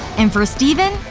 and for steven,